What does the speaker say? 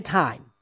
time